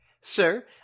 Sir